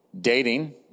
dating